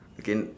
again